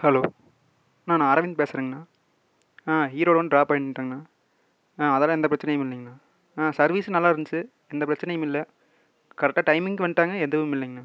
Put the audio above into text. hello நான் அரவிந்த் பேசுறங்கண்ணா ஆ ஈரோடு வந்து ட்ராப் ஆயிட்டனுங்ண்ணா ஆ அதெல்லாம் எந்த பிரச்சனையும் இல்லைங்ண்ணா ஆ சர்வீஸ் நல்லாயிருந்துச்சு எந்த பிரச்னையுமில்லை கரெக்ட்டாக டைமிங்க்கு வந்துட்டாங்க எதுவுமில்லைங்ண்ணா